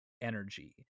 energy